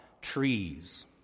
trees